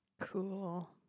Cool